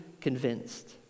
convinced